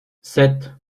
sept